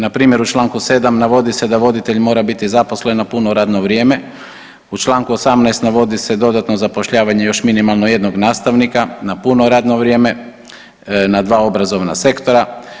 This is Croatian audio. Npr. u čl. 7. navodi se da voditelj mora biti zaposlen na puno radno vrijeme, u čl. 18. navodi se dodatno zapošljavanje još minimalno jednog nastavnika na puno radno vrijeme na dva obrazovna sektora.